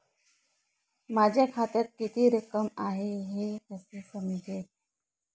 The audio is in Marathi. माझ्या खात्यात किती रक्कम आहे हे कसे समजेल?